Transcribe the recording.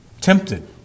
tempted